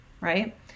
right